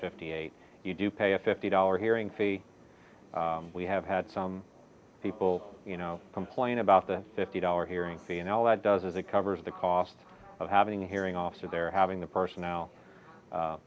fifty eight you do pay a fifty dollar hearing fee we have had some people complain about the fifty dollars hearing fee and all that does is it covers the cost of having a hearing officer there having the personnel